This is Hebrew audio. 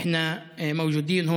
(אומר דברים בשפה הערבית,